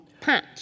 patch